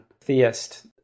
theist